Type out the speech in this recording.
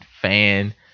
fan